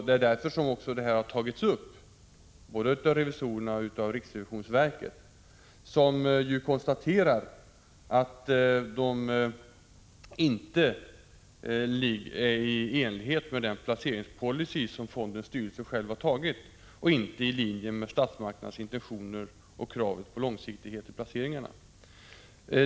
Detta förhållande har tagits upp både av revisorerna och av riksrevisionsverket, som ju konstaterar att förhållandena inte är i enlighet med den placeringspolicy som fondens styrelse själv har antagit och inte heller i linje med statsmakternas intentioner och kravet på långsiktighet i placeringarna.